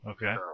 Okay